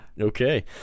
Okay